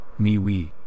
MeWe